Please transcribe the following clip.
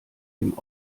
dem